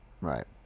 Right